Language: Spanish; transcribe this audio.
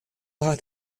bajas